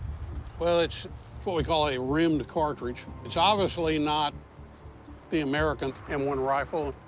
well, it's what we call a rimmed cartridge. it's obviously not the american m one rifle.